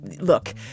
Look